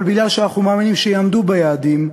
אבל בגלל שאנחנו מאמינים שיעמדו ביעדים,